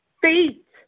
feet